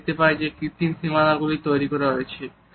আমরা দেখতে পাই যে কৃত্রিম সীমানা তৈরি করা হয়েছে